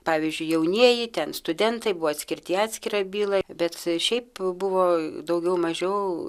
pavyzdžiui jaunieji ten studentai buvo atskirti į atskirą byla bet šiaip buvo daugiau mažiau